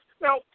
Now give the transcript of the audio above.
Now